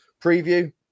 preview